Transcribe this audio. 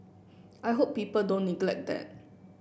I hope people don't neglect that